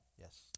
Yes